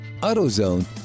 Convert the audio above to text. AutoZone